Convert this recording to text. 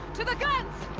to the guns!